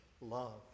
love